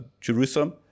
Jerusalem